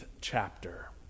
chapter